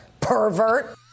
pervert